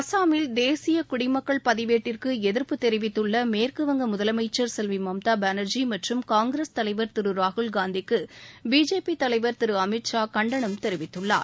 அசாமில் தேசிய குடிமக்கள் பதிவேட்டிற்கு எதிர்ப்பு தெரிவித்துள்ள மேற்கு வங்க முதலமைச்சர் செல்வி மம்தா பானர்ஜி மற்றம் காங்கிரஸ் தலைவர் திரு ராகுல் காந்திக்கு பிஜேபி தலைவர் திரு அமித்ஷா கண்டனம் தெரிவித்துள்ளார்